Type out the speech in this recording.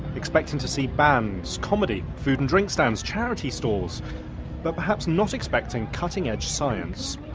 expecting to see bands, comedy, food and drink stands, charity stalls but perhaps not expecting cutting edge science.